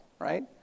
Right